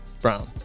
brown